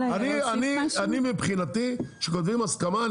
מבחינתי כשכותבים הסכמה,